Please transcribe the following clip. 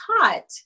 taught